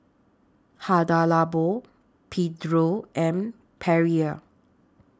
Hada Labo Pedro and Perrier